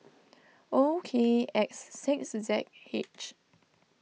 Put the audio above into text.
O K X six Z H